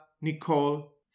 Nicole